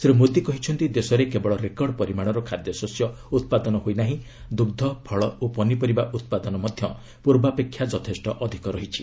ଶ୍ରୀ ମୋଦି କହିଛନ୍ତି ଦେଶରେ କେବଳ ରେକର୍ଡ଼ ପରିମାଣର ଖାଦ୍ୟଶସ୍ୟ ଉତ୍ପାଦନ ହୋଇ ନାହିଁ ଦୁଗ୍ଧ ଫଳ ଓ ପନିପରିବା ଉତ୍ପାଦନ ମଧ୍ୟ ପୂର୍ବାପେକ୍ଷା ଯଥେଷ୍ଟ ଅଧିକ ରହିଛି